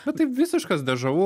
na tai visiškas deža vu